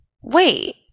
wait